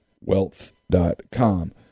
wealth.com